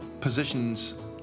positions